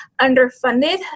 underfunded